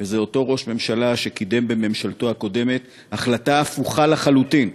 וזה אותו ראש ממשלה שקידם בממשלתו הקודמת החלטה הפוכה לחלוטין,